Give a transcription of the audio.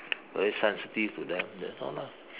very sensitive to them that's all lah